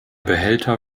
behälter